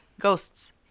Ghosts